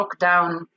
lockdown